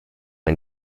ein